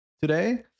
today